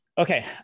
Okay